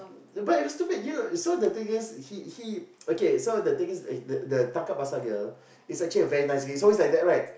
but it was stupid you know so the thing is he he okay the thing is the tangkap basah girl is actually a very nice girl it's always like that right